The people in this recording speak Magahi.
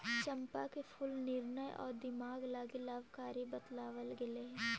चंपा के फूल निर्णय आउ दिमाग लागी लाभकारी बतलाबल गेलई हे